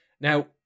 Now